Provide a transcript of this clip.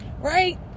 Right